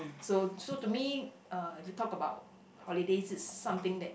so so to me uh to talk about holiday is something that